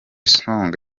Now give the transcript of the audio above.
song